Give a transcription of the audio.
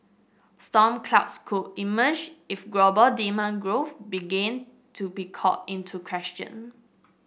storm clouds could emerge if global demand growth begin to be called into question